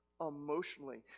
emotionally